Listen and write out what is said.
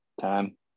time